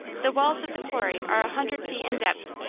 the walls of the quarry are a hundred feet in depth,